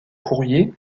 courrier